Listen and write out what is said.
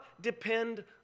depend